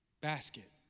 basket